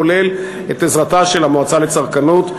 כולל את עזרתה של המועצה לצרכנות,